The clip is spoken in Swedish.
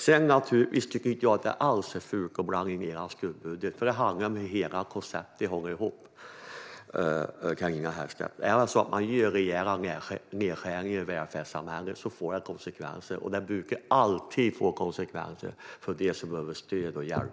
Sedan tycker jag inte alls att det är fult att blanda in er skuggbudget, för det handlar om hur hela konceptet håller ihop, Carina Herrstedt. Är det så att man gör rejäla nedskärningar i välfärdssamhället får det konsekvenser, och det brukar alltid få konsekvenser för dem som mest behöver stöd och hjälp.